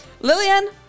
Lillian